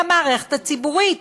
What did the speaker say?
מהמערכת הציבורית.